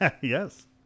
Yes